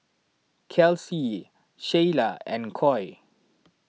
Kelsea Sheyla and Coy